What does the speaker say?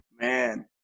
Man